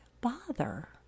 bother